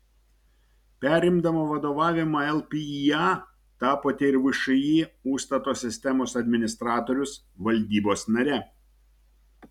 perimdama vadovavimą lpįa tapote ir všį užstato sistemos administratorius valdybos nare